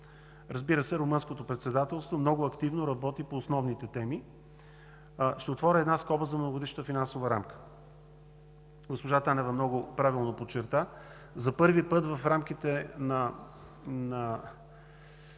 Разбира се, Румънското председателство много активно работи по основните теми. Ще отворя една скоба за Многогодишната финансова рамка. Госпожа Танева много правилно подчерта – за първи път в рамките на